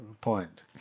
point